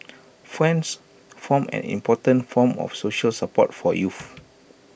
friends form an important form of social support for youths